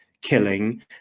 killing